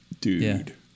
Dude